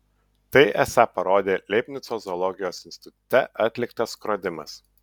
tai esą parodė leibnico zoologijos institute atliktas skrodimas